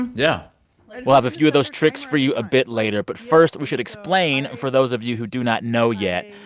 and like well, i've a few of those tricks for you a bit later. but first, we should explain, for those of you who do not know yet,